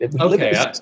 Okay